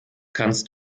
kannst